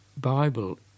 Bible